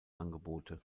angebote